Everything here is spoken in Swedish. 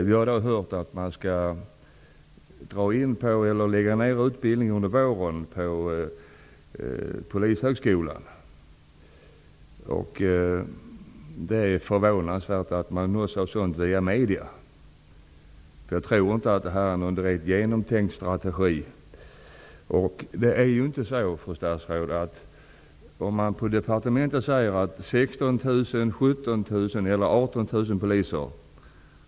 Vi har i dag hört att man skall dra in på eller lägga ner utbildningen under våren på Polishögskolan. Det är förvånansvärt att man nås av sådana uppgifter via medierna. Jag tror inte att det här är någon genomtänkt strategi. Det är inte så, fru statsråd, att man på departementet kan säga att vi skall ha 16 000, 17 000 eller 18 000 poliser.